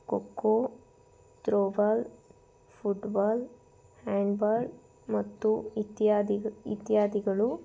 kho kho throwball football handball ಮತ್ತು ಇತ್ಯಾದಿ ಇತ್ಯಾದಿಗಳು